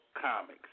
comics